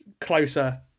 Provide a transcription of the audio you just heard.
closer